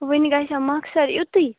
وٕنہِ گژھیٛا مۄخثر یُتُے